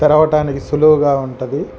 తెరవటానికి సులభంగా ఉంటుంది